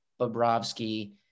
Bobrovsky